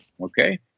Okay